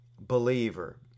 believer